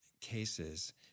cases